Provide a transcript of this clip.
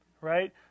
Right